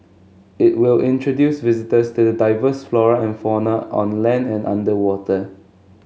it will introduce visitors to the diverse flora and fauna on land and underwater